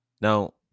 Now